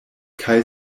kaj